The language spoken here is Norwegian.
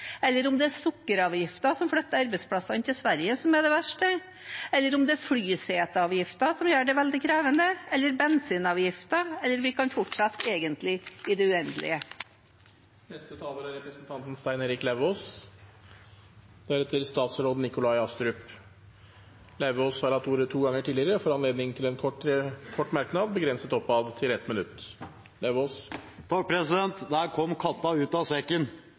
eller om det er sukkeravgiften som flytter arbeidsplassene til Sverige, som er det verste, eller om det er flyseteavgiften som gjør det veldig krevende, eller bensinavgiften – vi kan egentlig fortsette i det uendelige. Representanten Stein Erik Lauvås har hatt ordet to ganger tidligere og får ordet til en kort merknad, begrenset til 1 minutt. Der kom katta ut av sekken.